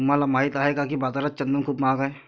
तुम्हाला माहित आहे का की बाजारात चंदन खूप महाग आहे?